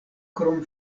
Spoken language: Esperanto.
krom